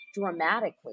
dramatically